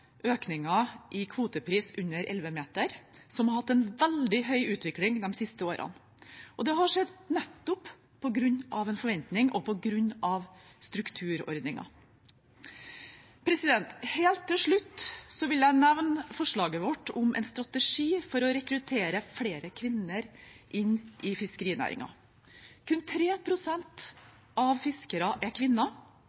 i kvotepris for fartøy under 11 meter, som har hatt en veldig høy utvikling de siste årene. Det har skjedd nettopp på grunn av en forventning og på grunn av strukturordninger. Helt til slutt vil jeg nevne forslaget vårt om en strategi for å rekruttere flere kvinner inn i fiskerinæringen. Kun